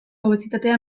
obesitatea